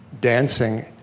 dancing